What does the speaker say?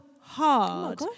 hard